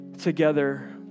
together